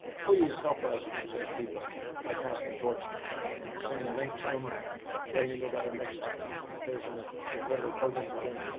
please help us reach those people by passing the torch, and sending a link to them, or letting them know about our next version of whatever programs are doing,